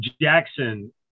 Jackson